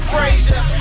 Frazier